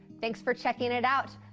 thanks for checking it out.